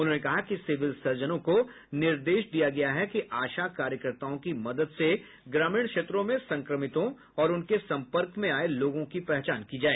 उन्होंने कहा कि सिविल सर्जनों को निर्देश दिया गया है कि आशा कार्यकर्ताओं की मदद से ग्रामीण क्षेत्रों में संक्रमितों और उनके सम्पर्क में आये लोगों की पहचान की जाए